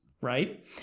right